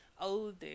older